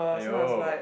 !aiyo!